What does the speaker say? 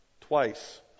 twice